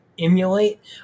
emulate